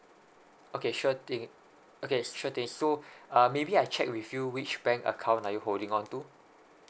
okay sure thing okay sure thing so um maybe I check with you which bank account are you holding on to